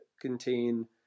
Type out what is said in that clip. contain